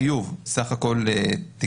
חיוב: סך כל תיקים